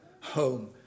home